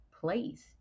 place